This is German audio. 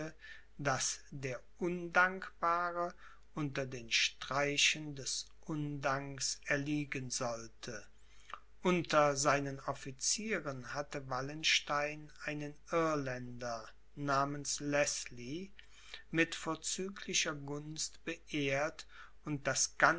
daß der undankbare unter den streichen des undanks erliegen sollte unter seinen officieren hatte wallenstein einen irländer namens leßlie mit vorzüglicher gunst beehrt und das